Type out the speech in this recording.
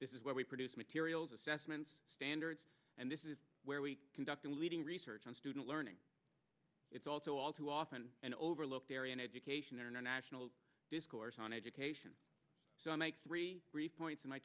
this is where we produce materials assessments standards and this is where we are conducting leading research on student learning it's also all too often and overlooked area in education there are no national discourse on education so i make three three points in my